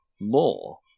more